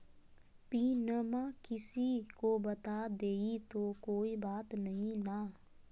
पिनमा किसी को बता देई तो कोइ बात नहि ना?